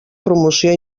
promoció